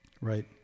right